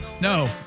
No